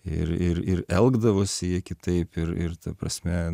ir ir ir elgdavosi jie kitaip ir ir ta prasme